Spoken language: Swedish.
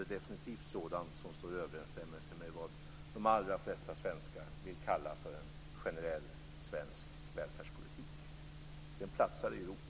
Det är definitivt sådant som står i överensstämmelse med vad de allra flesta svenskar vill kalla för en generell svensk välfärdspolitik. Det platsar i Europa.